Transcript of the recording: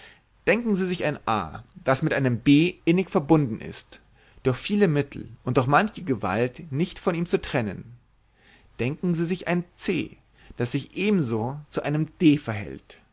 denken sie sich ein a das mit einem b innig verbunden ist durch viele mittel und durch manche gewalt nicht von ihm zu trennen denken sie sich ein c das sich ebenso zu einem d verhält